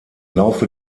laufe